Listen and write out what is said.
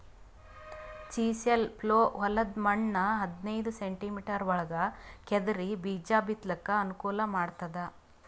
chisel plough ಹೊಲದ್ದ್ ಮಣ್ಣ್ ಹದನೈದ್ ಸೆಂಟಿಮೀಟರ್ ಒಳಗ್ ಕೆದರಿ ಬೀಜಾ ಬಿತ್ತಲಕ್ ಅನುಕೂಲ್ ಮಾಡ್ತದ್